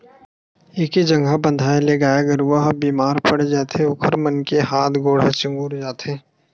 एके जघा बंधाए ले गाय गरू ह बेमार पड़ जाथे ओखर मन के हात गोड़ ह चुगुर जाथे